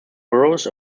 burrows